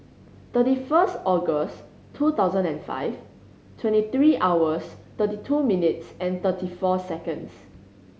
thirty first August two thousand and five twenty three hours thirty two minutes and thirty four seconds